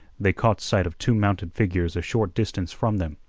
they caught sight of two mounted figures a short distance from them.